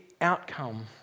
outcome